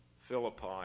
Philippi